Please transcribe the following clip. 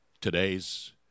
Today's